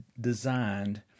designed